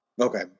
okay